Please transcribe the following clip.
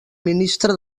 ministre